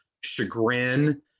Chagrin